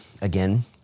again